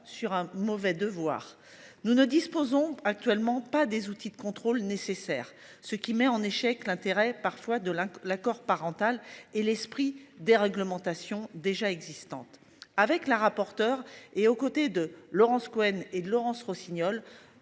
sur un mauvais devoir nous ne disposons actuellement pas des outils de contrôle nécessaires, ce qui met en échec l'intérêt parfois de l'accord parental et l'esprit déréglementation déjà existantes avec la rapporteure et aux côtés de Laurence Cohen et Laurence Rossignol.